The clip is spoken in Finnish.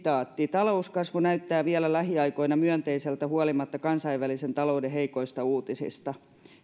talouskasvu näyttää vielä lähiaikoina myönteiseltä huolimatta kansainvälisen talouden heikoista uutisista